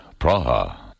Praha